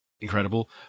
incredible